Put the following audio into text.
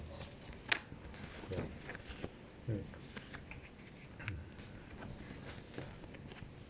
ya mm mm